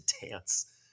dance